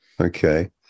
Okay